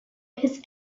his